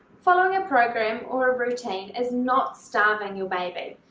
following a program or a routine is not starving your baby.